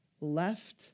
left